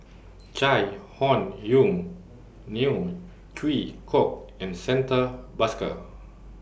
Chai Hon Yoong Neo Chwee Kok and Santha Bhaskar